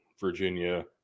Virginia